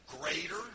greater